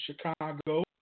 Chicago